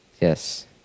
yes